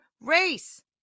race